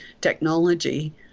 technology